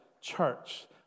church